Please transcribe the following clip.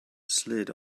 slid